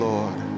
Lord